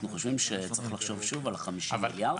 אנחנו חושבים שצריך לחשוב שוב על ה-50 מיליארד ₪.